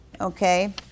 Okay